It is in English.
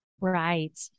right